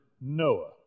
Noah